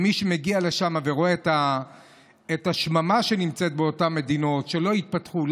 מי שמגיע לשם רואה את השממה באותן מדינות שלא התפתחו.